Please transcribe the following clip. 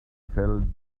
fell